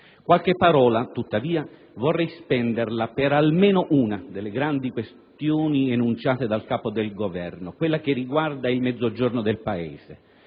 e prudente. Tuttavia, vorrei spendere qualche parola per almeno una delle grandi questioni enunciate dal capo del Governo, quella che riguarda il Mezzogiorno del Paese,